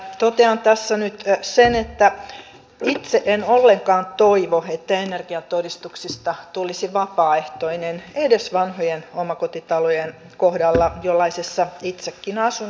totean tässä nyt sen että itse en ollenkaan toivo että energiatodistuksesta tulisi vapaaehtoinen edes vanhojen omakotitalojen kohdalla jollaisessa itsekin asun